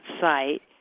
site